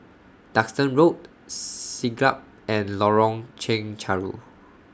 Duxton Road Siglap and Lorong Chencharu